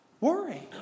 worry